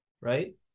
right